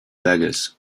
beggars